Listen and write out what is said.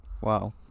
Wow